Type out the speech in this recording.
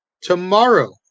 Tomorrow